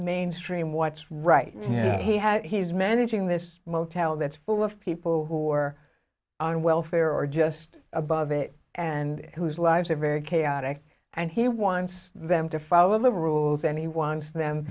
mainstream what's right he has he's managing this motel that's full of people who are on welfare or just above it and whose lives are very chaotic and he wants them to follow the rules and he wants them